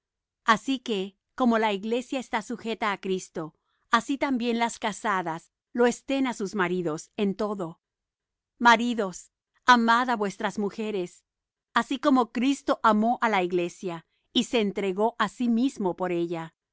así que como la iglesia está sujeta á cristo así también las casadas lo estén á sus maridos en todo maridos amad á vuestras mujeres así como cristo amó á la iglesia y se entregó á sí mismo por ella